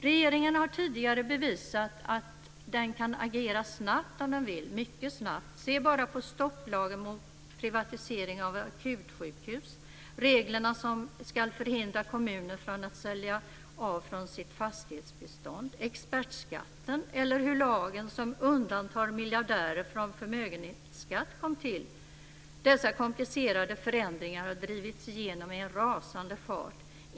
Regeringen har tidigare bevisat att den kan agera snabbt om den vill - mycket snabbt. Se bara på hur stopplagen mot privatisering av akutsjukhus, reglerna som ska förhindra kommuner från att sälja av från sitt fastighetsbestånd, expertskatten, eller lagen som undantar miljardärer från förmögenhetsskatt kom till! Dessa komplicerade förändringar har drivits igenom i en rasande fart.